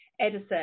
Edison